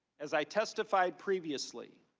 as i testified previously,